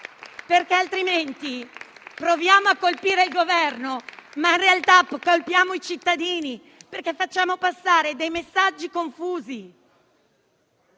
perché altrimenti proviamo a colpire il Governo, ma in realtà colpiamo i cittadini, facendo passare messaggi confusi.